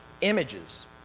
images